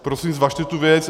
Prosím zvažte tu věc.